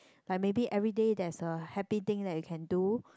like maybe everyday there's a happy thing that you can do